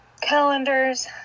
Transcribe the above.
calendars